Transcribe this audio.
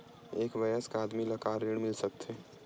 एक वयस्क आदमी ल का ऋण मिल सकथे?